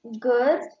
Good